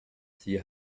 see